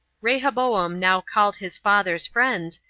rehoboam now called his father's friends,